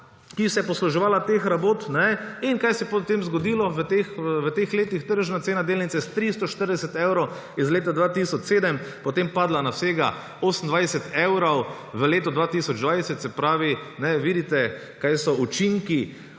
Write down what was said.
ki se je posluževala teh rabot. In kaj se je potem zgodilo v teh letih? Tržna cena delnice je s 340 evrov iz leta 2007 potem padla na vsega 28 evrov v letu 2020. Se pravi, vidite, kaj so učinki